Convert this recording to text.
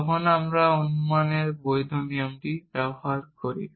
তখন আমি অনুমানের বৈধ নিয়ম ব্যবহার করি